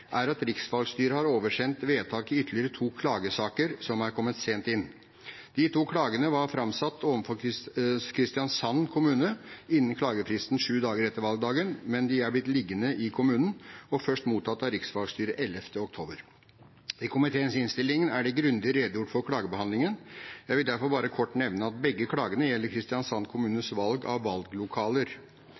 riksvalgstyret har oversendt vedtak i ytterligere to klagesaker som har kommet sent inn. De to klagene var framsatt overfor Kristiansand kommune innen klagefristen sju dager etter valgdagen, men de er blitt liggende i kommunen og først mottatt av riksvalgstyret den 11. oktober. I komiteens innstilling er det grundig redegjort for klagebehandlingen. Jeg vil derfor bare kort nevne at begge klagene gjelder Kristiansand kommunes valg av valglokaler.